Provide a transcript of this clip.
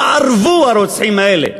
שבה ארבו הרוצחים האלה,